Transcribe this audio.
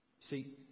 See